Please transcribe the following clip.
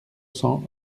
cents